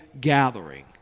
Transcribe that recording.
gathering